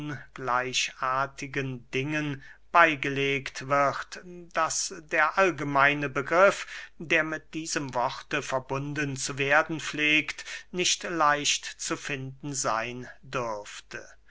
ungleichartigen dingen beygelegt wird daß der allgemeine begriff der mit diesem worte verbunden zu werden pflegt nicht leicht zu finden seyn dürfte